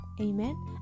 Amen